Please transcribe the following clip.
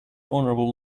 honorable